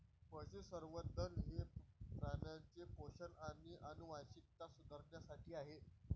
पशुसंवर्धन हे प्राण्यांचे पोषण आणि आनुवंशिकता सुधारण्यासाठी आहे